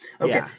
Okay